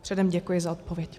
Předem děkuji za odpověď.